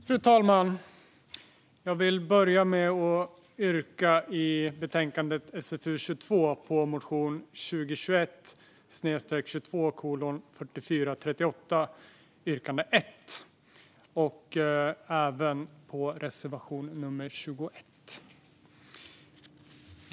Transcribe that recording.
Fru talman! Jag vill börja med att yrka bifall till motion 2021/22:4438, yrkande 1, i betänkande SfU22 och till reservation 21.